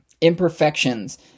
Imperfections